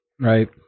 right